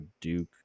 Duke